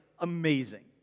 amazing